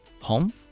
Home